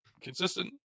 consistent